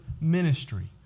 ministry